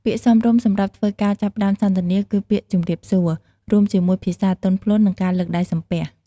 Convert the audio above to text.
ពាក្យសមរម្យសម្រាប់ធ្វើការចាប់ផ្តើមសន្ទនា គឺពាក្យ "ជម្រាបសួរ" រួមជាមួយភាសាទន់ភ្លន់ និងលើកដៃសំពះ។